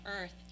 earth